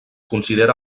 considera